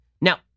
Now